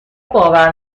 باور